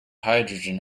hydrogen